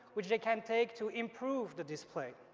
which they can take to improve the display.